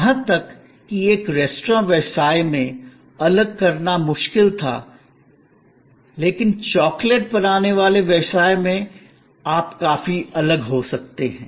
यहां तक कि एक रेस्तरां व्यवसाय में अलग करना मुश्किल था लेकिन चॉकलेट बनाने वाले व्यवसाय में आप काफी अलग हो सकते हैं